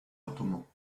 ottoman